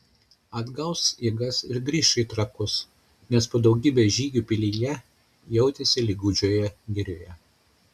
atgaus jėgas ir grįš į trakus nes po daugybės žygių pilyje jautėsi lyg gūdžioje girioje